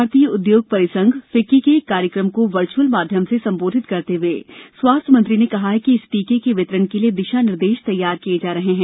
भारतीय उदयोग परिसंघ फिक्की के एक कार्यक्रम को वर्च्यअल माध्यम से संबोधित करते हुए स्वास्थ्य मंत्री ने कहा कि इस टीके के वितरण के लिए दिशा निर्देश तैयार किए जा रहे हैं